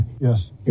yes